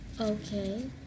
Okay